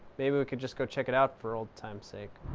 maybe we can just go check it out, for old time's sake.